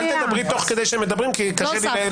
אל תדברי תוך כדי שהם מדברים כי קשה לי לנהל.